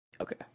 okay